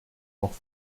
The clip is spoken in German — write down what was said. noch